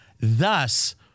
Thus